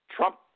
Trump